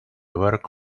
work